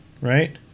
right